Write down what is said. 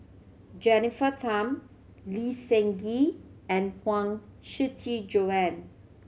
Jennifer Tham Lee Seng Gee and Huang Shiqi Joan